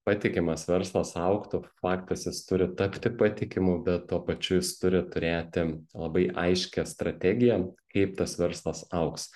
patikimas verslas augtų faktas jis turi tapti patikimu bet tuo pačiu jis turi turėti labai aiškią strategiją kaip tas verslas augs